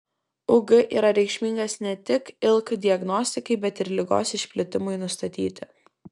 ug yra reikšmingas ne tik ilk diagnostikai bet ir ligos išplitimui nustatyti